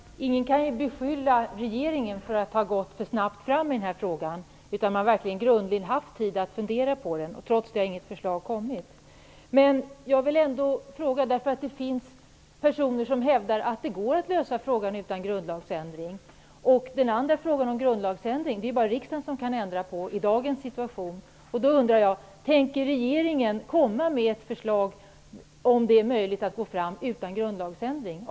Fru talman! Ingen kan beskylla regeringen för att ha gått för snabbt fram i den här frågan. Man har verkligen haft tid att fundera på den. Trots det har inget förslag kommit. Det finns personer som hävdar att det går att lösa frågan utan grundlagsändring. Grundlagen kan bara riksdagen ändra på i dagens situation. Tänker regeringen komma med ett förslag, om det är möjligt att gå fram utan grundlagsändring?